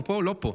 הוא לא פה.